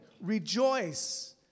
Rejoice